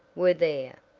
were there,